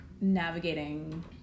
Navigating